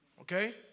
Okay